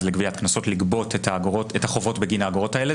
לגביית קנסות לגבות את החובות בגין האגרות האלה.